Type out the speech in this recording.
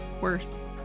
worse